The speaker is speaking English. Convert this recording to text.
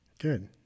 good